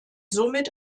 somit